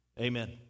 Amen